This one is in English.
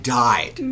died